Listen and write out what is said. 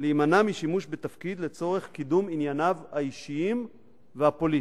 להימנע משימוש בתפקיד לצורך קידום ענייניו האישיים והפוליטיים.